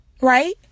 right